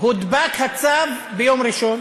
הודבק הצו ביום ראשון,